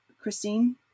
Christine